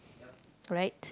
right